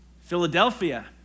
Philadelphia